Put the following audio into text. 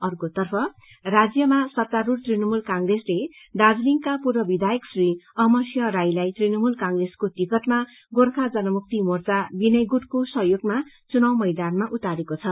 अर्को तफ़ राज्यमा सत्तारूढ़ तुणमूल कंग्रेसले दार्जीलिङका पूर्व विधायक श्री अमर सिंह राई लाई तृणमूल कंग्रेसको टीकटमा गोर्खा जनमुक्ति मोर्चा विनय गुटको सहयोगमा चुनाव मैदानमा उतारेको छ